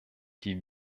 die